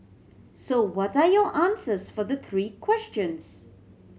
so what are your answers for the three questions